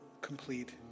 complete